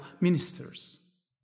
ministers